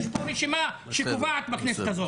יש כאן רשימה שקובעת בכנסת הזאת.